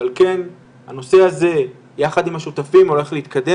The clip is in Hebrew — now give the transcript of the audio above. ועל כן הנושא הזה יחד עם השותפים הולך להתקדם,